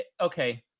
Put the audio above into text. okay